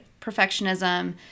perfectionism